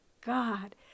God